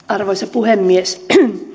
arvoisa puhemies